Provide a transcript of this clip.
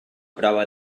prova